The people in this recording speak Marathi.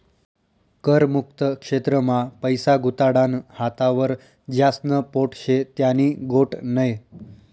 कर मुक्त क्षेत्र मा पैसा गुताडानं हातावर ज्यास्न पोट शे त्यानी गोट नै